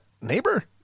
neighbor